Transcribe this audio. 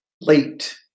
late